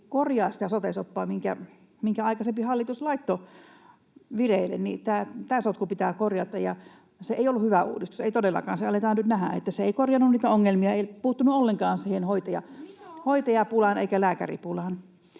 korjaa sitä sote-soppaa, minkä aikaisempi hallitus laittoi vireille — tämä sotku pitää korjata. Se ei ollut hyvä uudistus, ei todellakaan. Se aletaan nyt nähdä, että se ei korjannut niitä ongelmia, ei puuttunut ollenkaan [Krista Kiuru: Siis mitä ongelmia